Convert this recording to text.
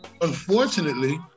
unfortunately